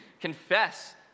confess